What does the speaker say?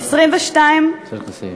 צריך לסיים.